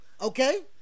Okay